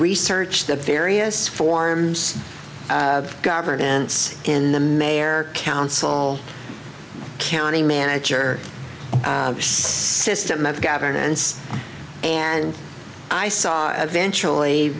research the various forms of governance in the mayor council county manager system of governance and i saw eventually